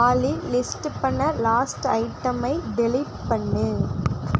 ஆலி லிஸ்ட் பண்ண லாஸ்ட் ஐட்டமை டிலீட் பண்ணு